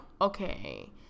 okay